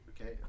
okay